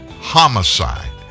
Homicide